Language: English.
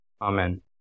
Amen